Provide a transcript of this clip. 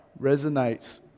resonates